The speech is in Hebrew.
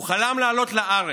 הוא חלם לעלות לארץ,